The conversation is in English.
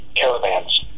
caravans